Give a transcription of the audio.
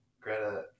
Greta